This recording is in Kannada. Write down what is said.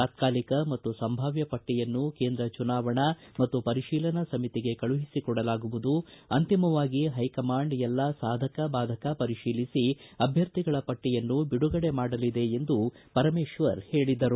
ತಾತ್ಕಾಲಿಕ ಮತ್ತು ಸಂಭಾವ್ಯ ಪಟ್ಟಿಯನ್ನು ಕೇಂದ್ರ ಚುನಾವಣಾ ಮತ್ತು ಪರಿಶೀಲನಾ ಸಮಿತಿಗೆ ಕಳುಹಿಸಿಕೊಡಲಾಗುವುದು ಅಂತಿಮವಾಗಿ ಹೈಕಮಾಂಡ್ ಎಲ್ಲಾ ಸಾಧಕ ಭಾಧಕ ಪರಿಶೀಲಿಸಿ ಅಭ್ವರ್ಥಿಗಳ ಪಟ್ಟಿಯನ್ನು ಬಿಡುಗಡೆ ಮಾಡಲಿದೆ ಎಂದು ಪರಮೇಶ್ವರ್ ಹೇಳಿದರು